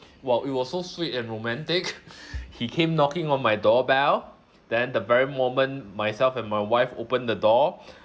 !wow! it was so sweet and romantic he came knocking on my doorbell then the very moment myself and my wife opened the door